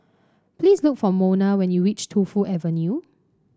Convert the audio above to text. please look for Monna when you reach Tu Fu Avenue